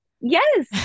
Yes